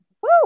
Woo